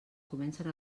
comencen